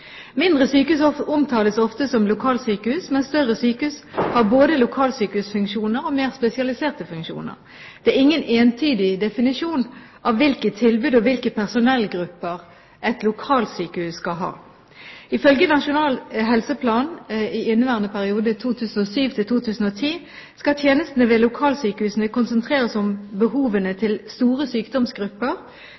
Mindre sykehus omtales ofte som lokalsykehus, mens større sykehus har både lokalsykehusfunksjoner og mer spesialiserte funksjoner. Det er ingen entydig definisjon av hvilke tilbud og hvilke personellgrupper et lokalsykehus skal ha. Ifølge Nasjonal helseplan i inneværende periode, 2007–2010, skal tjenestene ved lokalsykehusene konsentreres om behovene